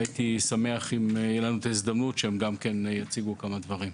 והייתי שמח אם תהיה לנו את ההזדמנות לתת להם גם להגיד כמה מילים.